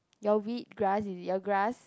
your weed grass is your grass